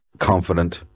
confident